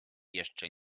jeszcze